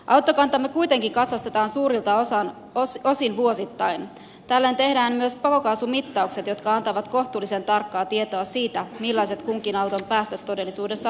autokantamme kuitenkin katsastetaan suurilta osin vuosittain ja tällöin tehdään myös pakokaasumittaukset jotka antavat kohtuullisen tarkkaa tietoa siitä millaiset kunkin auton päästöt todellisuudessa ovat